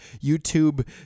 YouTube